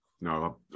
no